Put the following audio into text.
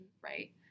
right